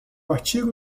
artigo